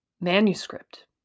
manuscript